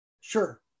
Sure